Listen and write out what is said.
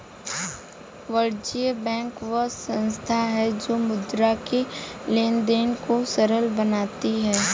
वाणिज्य बैंक वह संस्था है जो मुद्रा के लेंन देंन को सरल बनाती है